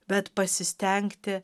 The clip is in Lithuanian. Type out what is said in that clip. bet pasistengti